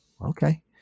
okay